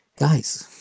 guys,